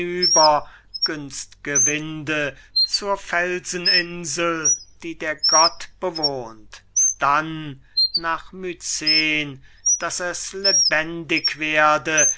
zur felsen insel die der gott bewohnt dann nach mycen daß es lebendig werde